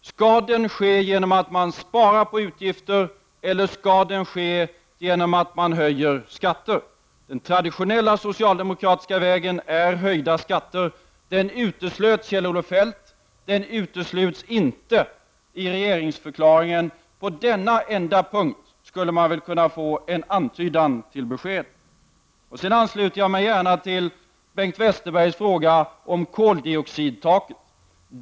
Skall den ske genom att man sparar på utgifter eller skall den ske genom att man höjer skatter? Den traditionella socialdemokratiska vägen är höjda skatter. Den uteslöt Kjell Olof Feldt. Den utesluts inte i regeringsförklaringen. På denna enda punkt skulle man väl kunna få en antydan till besked. Jag ansluter mig gärna till Bengt Westerbergs fråga om koldioxidtaket.